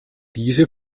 diese